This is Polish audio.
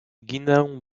ginę